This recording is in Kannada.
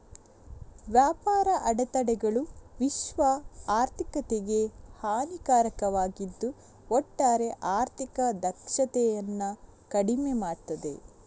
ವ್ಯಾಪಾರ ಅಡೆತಡೆಗಳು ವಿಶ್ವ ಆರ್ಥಿಕತೆಗೆ ಹಾನಿಕಾರಕವಾಗಿದ್ದು ಒಟ್ಟಾರೆ ಆರ್ಥಿಕ ದಕ್ಷತೆಯನ್ನ ಕಡಿಮೆ ಮಾಡ್ತದೆ